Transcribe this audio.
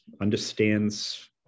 understands